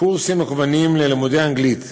קורסים מקוונים ללימודי אנגלית.